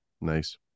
nice